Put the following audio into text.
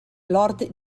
lord